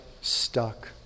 stuck